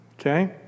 Okay